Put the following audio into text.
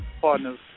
partner's